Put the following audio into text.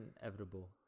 inevitable